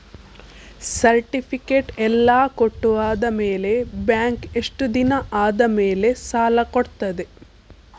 Certificate ಎಲ್ಲಾ ಕೊಟ್ಟು ಆದಮೇಲೆ ಬ್ಯಾಂಕ್ ಎಷ್ಟು ದಿನ ಆದಮೇಲೆ ಸಾಲ ಕೊಡ್ತದೆ?